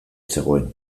zegoen